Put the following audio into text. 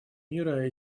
мира